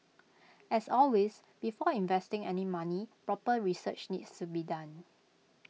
as always before investing any money proper research needs to be done